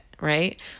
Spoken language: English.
right